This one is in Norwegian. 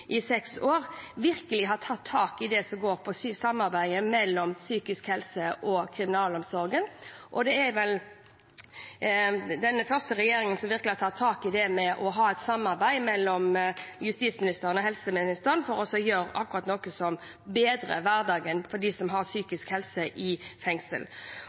i seks år – virkelig har tatt tak i samarbeidet som gjelder psykisk helse og kriminalomsorgen. Dette er vel den første regjeringen som virkelig har tatt tak i det å ha et samarbeid mellom justisministeren og helseministeren for å gjøre noe som bedrer hverdagen for dem som har psykiske helseutfordringer i